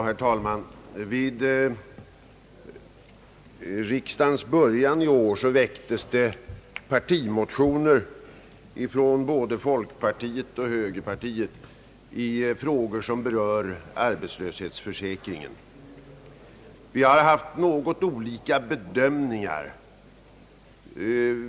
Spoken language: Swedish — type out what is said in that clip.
Herr talman! Vid början av årets riksdag väcktes partimotioner från både folkpartiet och högerpartiet i frågor som berör arbetslöshetsförsäkringen. Vi har haft något olika bedömningar.